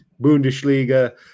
Bundesliga